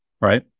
right